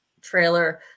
Trailer